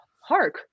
Hark